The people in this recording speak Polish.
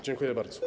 Dziękuję bardzo.